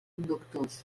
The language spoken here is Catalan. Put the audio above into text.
conductors